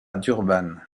durban